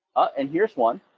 and here's one,